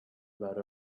about